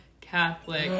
Catholic